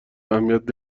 اهمیت